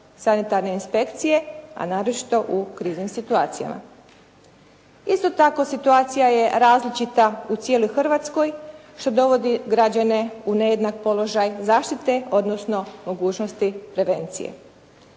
sanitarne inspekcije a naročito u kriznim situacijama. Isto tako situacija je …/Kratki prekid na snimci./… u Hrvatskoj što dovodi građane u nejednak položaj zaštite, odnosno mogućnosti prevencije.